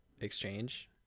exchange